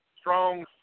Strong